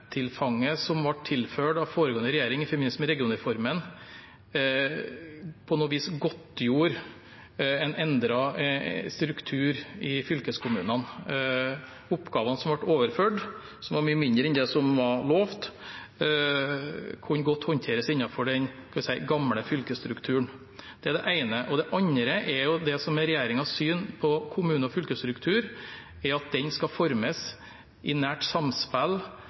som ble tilført av foregående regjering, ikke minst med regionreformen, på noe vis godtgjorde en endret struktur i fylkeskommunene. Oppgavene som ble overført, som var mange færre enn det som var lovet, kunne godt håndteres innenfor den – skal vi si – gamle fylkesstrukturen. Det er det ene. Det andre er regjeringens syn på kommune- og fylkesstruktur. Den skal formes i nært samspill